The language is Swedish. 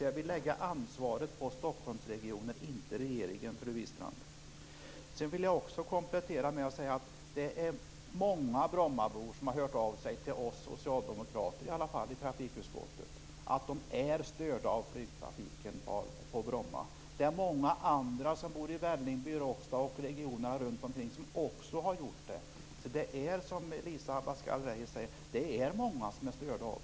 Jag vill lägga ansvaret på Stockholmsregionen - inte på regeringen, fru Wistrand. Sedan vill jag komplettera med att säga att det är många brommabor som har hört av sig, åtminstone till oss socialdemokrater i trafikutskottet, och sagt att de är störda av flygtrafiken på Bromma. Många som bor i Vällingby, Råcksta och regionerna runt omkring har också gjort det. Det är alltså som Elisa Abascal Reyes säger: Det är många som är störda av detta.